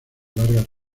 largas